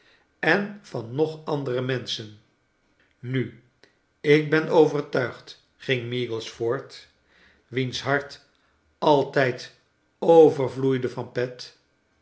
en van nog andere menschen nu ik ben overtuigd ging meagles voort wiens hart altijd overvloeide van pet